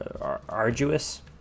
arduous